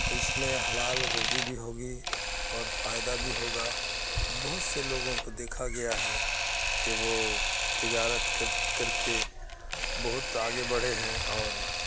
اس میں حلال روزی بھی ہوگی اور فائدہ بھی ہوگا بہت سے لوگوں کو دیکھا گیا ہے کہ وہ تجارت کر کر کے بہت آگے بڑھے ہیں اور